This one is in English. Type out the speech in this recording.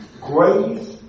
grace